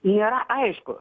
nėra aišku